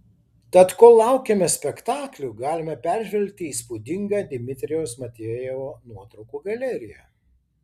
tad kol laukiame spektaklių galime peržvelgti įspūdingą dmitrijaus matvejevo nuotraukų galeriją